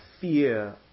fear